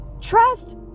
Trust